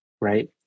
right